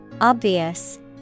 Obvious